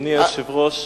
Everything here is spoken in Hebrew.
אדוני היושב-ראש,